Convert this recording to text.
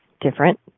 different